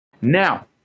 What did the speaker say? Now